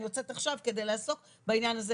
אני יוצאת עכשיו כדי לעסוק בעניין הזה.